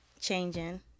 changing